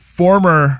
former